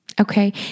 okay